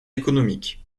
économique